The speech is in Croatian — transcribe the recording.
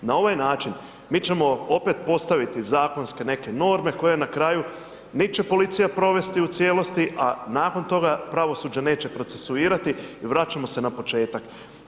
Na ovaj način mi ćemo opet postaviti zakonske neke norme koje na kraju nit će policija provesti u cijelosti a nakon toga, pravosuđe neće procesuirati i vraćamo se na početak.